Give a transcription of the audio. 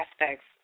aspects